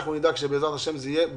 אנחנו נדאג שזה יהיה מיידי,